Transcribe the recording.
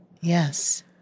Yes